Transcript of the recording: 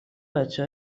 بچه